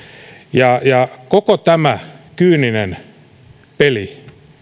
ja ja koko tämä kyyninen peli